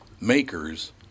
makers